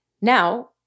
now